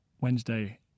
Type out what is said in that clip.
Wednesday